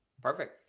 perfect